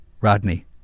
Rodney